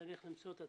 צריך למצוא את התקציב,